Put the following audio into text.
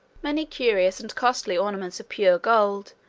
many curious and costly ornaments of pure gold,